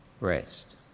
Rest